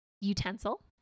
utensil